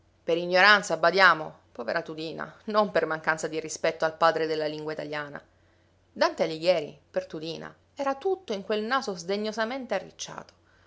per ignoranza badiamo povera tudina non per mancanza di rispetto al padre della lingua italiana dante alighieri per tudina era tutto in quel naso sdegnosamente arricciato